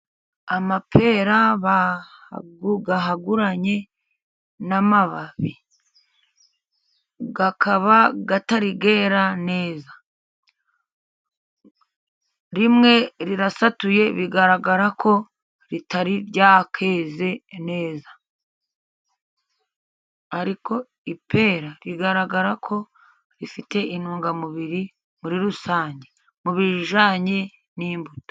Amapera bahaguranye n'amababi akaba atari yera neza, rimwe rirasatuye bigaragara ko ritari ryakeze neza, ariko ipera rigaragara ko rifite intungamubiri muri rusange mu bijyanye n'imbuto.